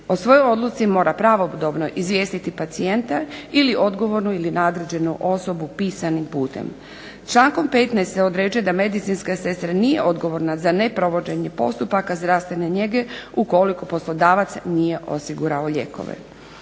O svojoj odluci mora pravodobno izvijestiti pacijenta ili odgovornu ili nadređenu osobu pisanim putem. Člankom 15. se određuje da medicinska sestra nije odgovorna za neprovođenje postupaka zdravstvene njege ukoliko poslodavac nije osigurao lijekove.